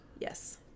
yes